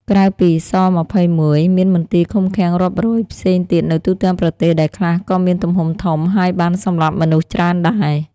ក្រៅពី ស-២១ មានមន្ទីរឃុំឃាំងរាប់រយផ្សេងទៀតនៅទូទាំងប្រទេស ដែលខ្លះក៏មានទំហំធំ ហើយបានសម្លាប់មនុស្សច្រើនដែរ។